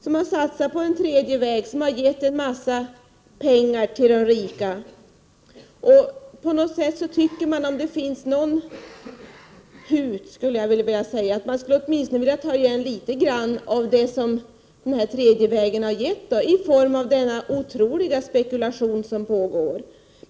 Den har satsat på en tredje väg, som gett en massa pengar till de rika. Om det finns någon hut, skulle jag vilja säga, tycker jag att man borde kunna ta tillbaka litet grand av det som den tredje vägen har gett i form av den otroliga spekulation som pågår.